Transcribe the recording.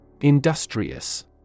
Industrious